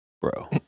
bro